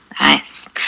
Nice